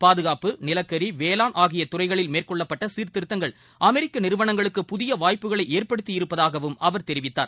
பாதுகாப்பு நிலக்கி வேளாண் ஆகிய துறைகளில் மேற்கொள்ளப்பட்ட சீர்திருத்தங்கள் அமெரிக்க நிறுவனங்களுக்கு புதிய வாய்ப்புகளை ஏற்படுத்தி இருப்பதாகவும் அவர் தெரிவித்தார்